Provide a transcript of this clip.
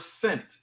percent